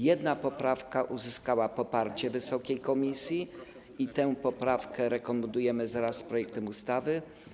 Jedna poprawka uzyskała poparcie wysokiej komisji i tę poprawkę rekomendujemy wraz z projektem ustawy.